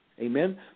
Amen